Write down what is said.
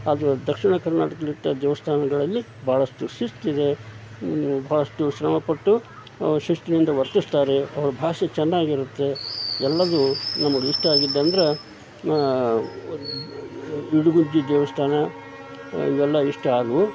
ಅದು ದಕ್ಷಿಣ ಕರ್ನಾಟಕದಲ್ಲಿದ್ದ ದೇವಸ್ಥಾನಗಳಲ್ಲಿ ಭಾಳಷ್ಟು ಶಿಸ್ತಿದೆ ಭಾಳಷ್ಟು ಶ್ರಮಪಟ್ಟು ಶಿಸ್ತಿನಿಂದ ವರ್ತಿಸ್ತಾರೆ ಅವ್ರ ಭಾಷೆ ಚೆನ್ನಾಗಿರುತ್ತೆ ಎಲ್ಲದು ನಮಗೆ ಇಷ್ಟ ಆಗಿದ್ದಂದ್ರೆ ಇಡಗುಂಜಿ ದೇವಸ್ಥಾನ ಇವೆಲ್ಲ ಇಷ್ಟ ಆದವು